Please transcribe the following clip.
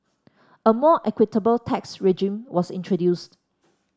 a more equitable tax regime was introduced